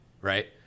Right